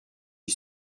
qui